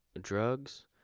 drugs